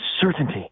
certainty